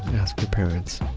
ask your parents.